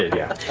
yeah.